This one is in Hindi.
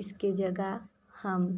इसकी जगह हम